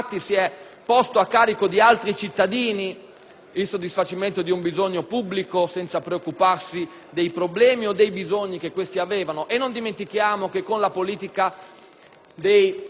il soddisfacimento di un bisogno pubblico senza preoccuparsi dei problemi o dei bisogni che gli stessi avevano. Non dimentichiamo poi che la politica della proroga degli sfratti, andando a incidere sui